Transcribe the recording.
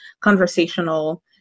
conversational